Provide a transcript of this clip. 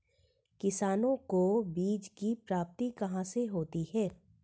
किसानों को बीज की प्राप्ति कहाँ से होती है?